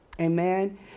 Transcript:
Amen